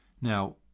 now